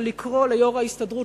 זה לקרוא ליו"ר ההסתדרות,